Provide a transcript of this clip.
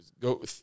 Go –